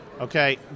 Okay